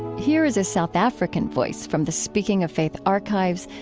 here is a south african voice from the speaking of faith archives,